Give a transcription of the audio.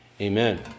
Amen